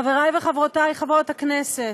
חברי וחברותי חברות הכנסת,